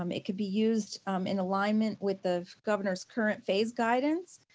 um it could be used in alignment with the governor's current phase guidance.